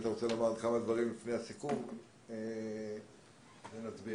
אם אתה רוצה לומר עוד כמה דברים לפני הסיכום ואז נצביע.